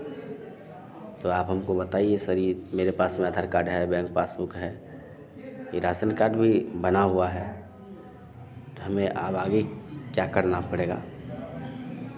तो आप हमको बताइए सर ये मेरे पास में आधार कार्ड है बैंक पासबुक है ये राशन कार्ड भी बना हुआ है तो हमें अब आगे क्या करना पड़ेगा